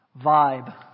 vibe